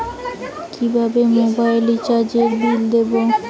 কিভাবে মোবাইল রিচার্যএর বিল দেবো?